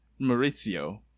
Maurizio